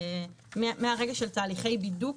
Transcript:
מהרגע של תהליכי בידוק,